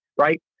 right